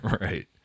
right